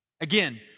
Again